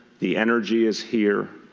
the energy is here.